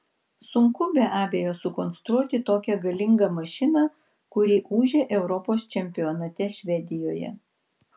sunku be abejo sukonstruoti tokią galingą mašiną kuri ūžė europos čempionate švedijoje